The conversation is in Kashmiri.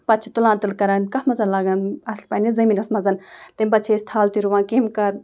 پَتہٕ چھِ تُلان تیٚلہِ کران کتھ منٛز لاگان اَتھ پَنٛنِس زٔمیٖنَس منٛزَن تٔمۍ پَتہٕ چھِ أسۍ تھل تہِ رُوان کٔمۍ کَر